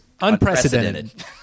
unprecedented